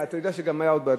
אתה יודע שגם היו עוד בעיות.